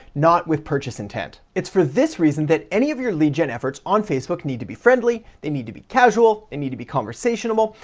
not with purchase intent. it's for this reason that any of your lead gen efforts on facebook need to be friendly, they need to be casual, they need to be conversational.